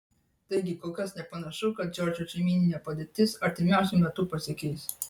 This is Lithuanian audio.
taigi kol kas nepanašu kad džordžo šeimyninė padėtis artimiausiu metu pasikeis